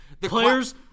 Players